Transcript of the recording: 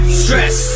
stress